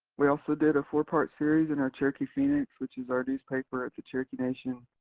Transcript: we also did a four-part series in our cherokee phoenix, which is our newspaper. it's a cherokee nation,